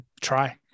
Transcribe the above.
try